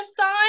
sign